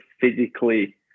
physically